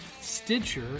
Stitcher